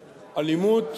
האלימות,